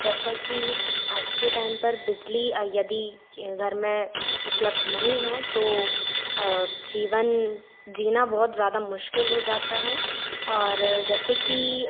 जैसा कि आज के टाइम पर बिजली यदि घर में उपलब्ध नहीं है तो जीवन जीना बहुत ज़्यादा मुश्किल हो जाता है और जैसे कि